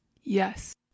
Yes